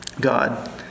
God